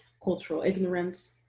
cultural ignorance,